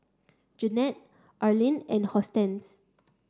Jennette Arlyn and Hortense